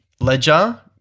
Ledger